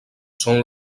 són